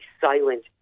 silent